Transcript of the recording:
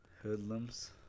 Hoodlums